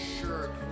sure